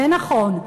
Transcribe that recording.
זה נכון,